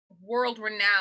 world-renowned